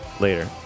Later